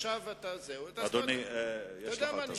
אתה יודע מה?